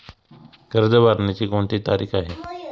कर्ज भरण्याची कोणती तारीख आहे?